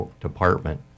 department